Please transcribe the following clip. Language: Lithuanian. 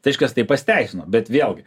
kažkas tai pasiteisino bet vėlgi